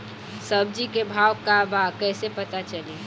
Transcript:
सब्जी के भाव का बा कैसे पता चली?